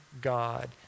God